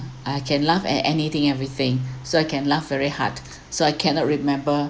I can laugh at anything everything so I can laugh very hard so I cannot remember